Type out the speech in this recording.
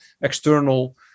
external